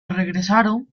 regresaron